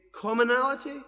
commonality